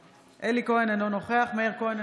אינו נוכח אלי כהן,